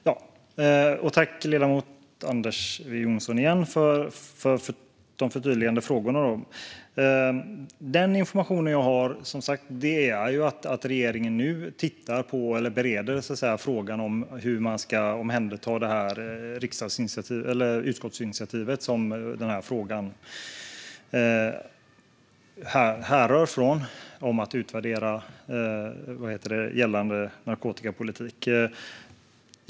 Fru talman! Tack, ledamoten Anders W Jonsson, för de förtydligade frågorna! Den information jag har är, som sagt, att regeringen nu tittar på hur man ska omhänderta det utskottsinitiativ som den här frågan härrör från, om att utvärdera gällande narkotikapolitik.